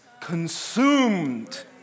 consumed